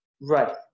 Right